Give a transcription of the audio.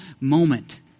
moment